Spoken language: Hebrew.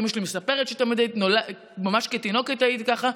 אימא שלי מספרת שממש כתינוקת הייתי ככה.